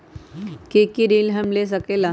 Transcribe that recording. की की ऋण हम ले सकेला?